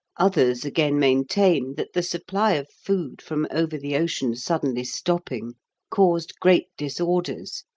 others again maintain that the supply of food from over the ocean suddenly stopping caused great disorders,